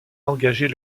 engager